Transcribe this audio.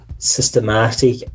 systematic